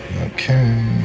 Okay